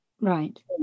Right